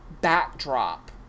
backdrop